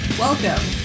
Welcome